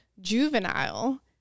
juvenile